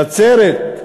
נצרת,